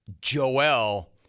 Joel